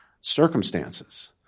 circumstances